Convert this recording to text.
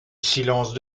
silence